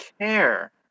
care